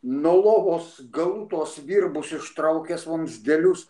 nuo lovos galų tuos virbus ištraukęs vamzdelius